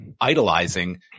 idolizing